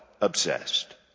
obsessed